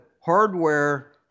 hardware